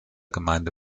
gemeinde